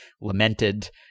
lamented